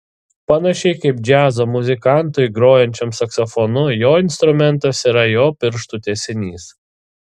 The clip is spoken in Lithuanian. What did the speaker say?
panašiai kaip džiazo muzikantui grojančiam saksofonu jo instrumentas yra jo pirštų tęsinys